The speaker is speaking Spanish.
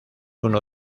uno